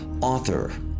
author